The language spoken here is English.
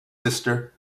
sister